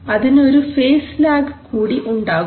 അതിന് ഒരു phase lag കൂടി ഉണ്ടാകും